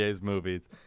movies